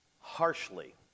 harshly